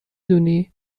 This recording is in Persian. دونی